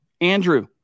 Andrew